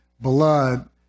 blood